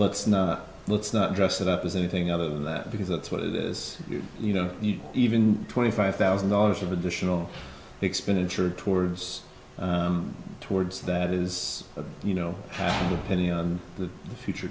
let's not let's not dress it up as anything other than that because that's what it is you know even twenty five thousand dollars of additional expenditure towards towards that is you know depending on the future